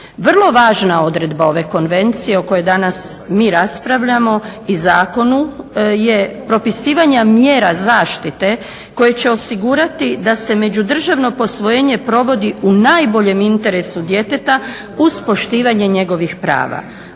Vrlo važna odredba ove konvencije o kojoj danas mi raspravljamo i zakonu je propisivanje mjera zaštite koje će osigurati da se međudržavno posvojenje provodi u najboljem interesu djeteta, uz poštivanje njegovih prava.